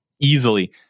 easily